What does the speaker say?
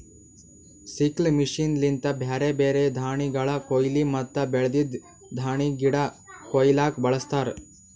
sickle machine ಲಿಂತ ಬ್ಯಾರೆ ಬ್ಯಾರೆ ದಾಣಿಗಳ ಕೋಯ್ಲಿ ಮತ್ತ ಬೆಳ್ದಿದ್ ದಾಣಿಗಿಡ ಕೊಯ್ಲುಕ್ ಬಳಸ್ತಾರ್